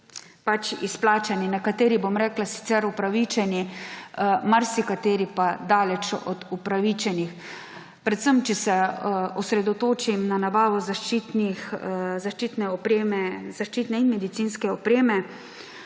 bili izplačani. Nekateri sicer upravičeni, marsikateri pa daleč od upravičenih. Predvsem če se osredotočim na nabavo zaščitne in medicinske opreme,